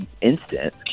instant